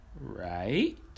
Right